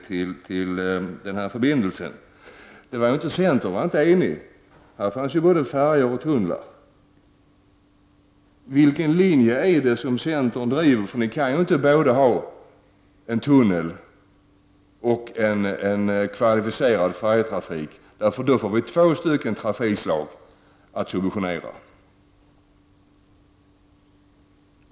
Det visade sig att centerns riksdagsledamöter inte är eniga utan att det finns opinion både för färjor och för en tunnel. Vilken linje är det som centern driver? Ni kan ju inte gärna vilja ha både en tunnel och en kvalificerad färjetrafik, eftersom vi i så fall får två trafikslag att subventionera.